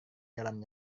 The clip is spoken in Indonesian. jalan